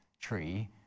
tree